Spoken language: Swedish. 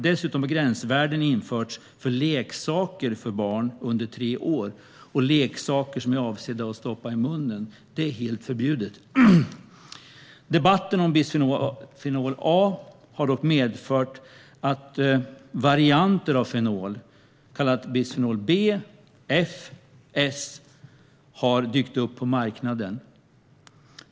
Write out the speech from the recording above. Dessutom har gränsvärden införts för leksaker för barn under tre år och leksaker som är avsedda att stoppas i munnen. Där är det helt förbjudet. Debatten om bisfenol A har dock medfört att varianter av fenol, kallade bisfenol B, bisfenol F och bisfenol S, har dykt upp på marknaden.